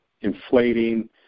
inflating